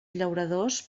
llauradors